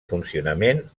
funcionament